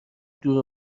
دور